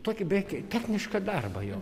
tokį beveik technišką darbą jo